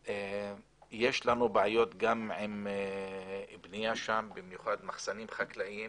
ויש לנו בעיות עם בנייה, במיוחד מחסנים חקלאיים.